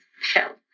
shell